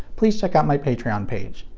please check out my patreon page.